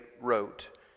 wrote